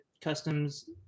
customs